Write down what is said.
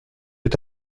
est